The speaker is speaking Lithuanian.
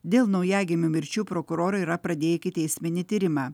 dėl naujagimių mirčių prokurorai yra pradėję ikiteisminį tyrimą